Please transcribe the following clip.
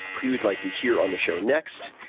who you'd like to hear on this show next,